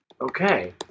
Okay